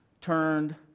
turned